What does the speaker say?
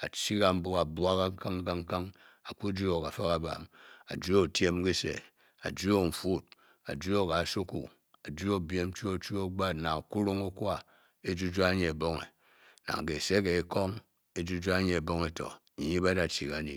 al chi ka'bú a'bwa kin-kin a ku joy-o afa-kabam, ajuo kenkong byiem jou nang a'kurung okwa ejujuo anyi ebong, a jou n'fat ejujuo a'nyi ebonge to kyi ba da chi kanyi.